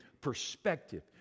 perspective